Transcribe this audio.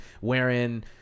wherein